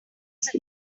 use